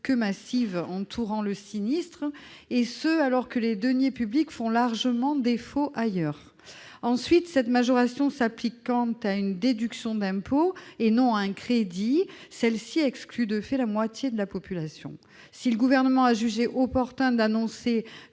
que massive entourant le sinistre, alors que les deniers publics font largement défaut ailleurs. Par ailleurs, cette majoration s'applique à une déduction d'impôt et non à un crédit, ce qui exclut de fait la moitié de la population. Si le Gouvernement a jugé opportun d'annoncer